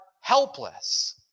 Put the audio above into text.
helpless